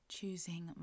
choosing